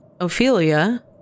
Ophelia